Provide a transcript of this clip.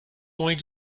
going